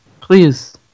please